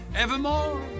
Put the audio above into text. evermore